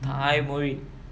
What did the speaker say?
தாய் மொழி:thaai moli